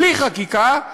בלי חקיקה,